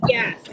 Yes